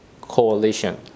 coalition